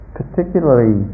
particularly